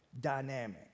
dynamic